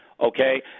okay